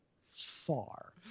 far